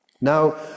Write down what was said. Now